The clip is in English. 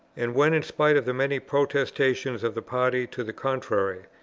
and when in spite of the many protestations of the party to the contrary,